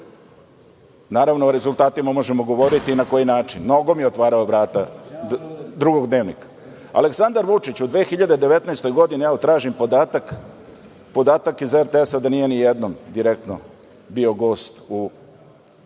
o rezultatima možemo govoriti i na koji način, nogom je otvarao vrata drugog dnevnika. Aleksandar Vučić u 2019. godini, evo tražim podatak iz RTS-a da nije nijednom direktno bio gost u